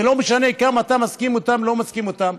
ולא משנה כמה אתה מסכים איתם או לא מסכים איתם,